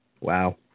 Wow